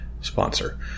sponsor